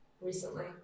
recently